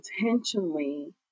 Intentionally